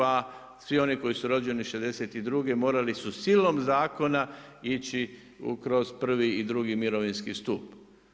A svi oni koji su rođeni '62. morali su silom zakona ići kroz prvi i drugi mirovinski stup.